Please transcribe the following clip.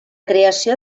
creació